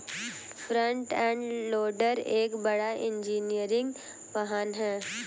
front end loader एक बड़ा engineering वाहन है